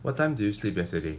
what time do you sleep yesterday